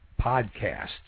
podcasts